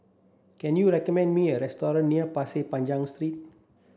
can you recommend me a restaurant near Pasir Street